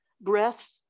Breath